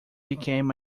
became